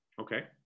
Okay